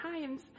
times